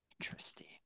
Interesting